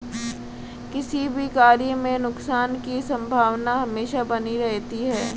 किसी भी कार्य में नुकसान की संभावना हमेशा बनी रहती है